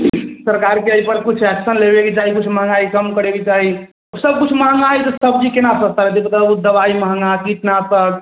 सरकारके एहिपर किछु एक्शन लेबेके चाही किछु महगाइ कम करैके चाही सभकिछु महगा हइ तऽ सब्जी कोना सस्ता रहतै बताउ दबाइ महगा कितना सभ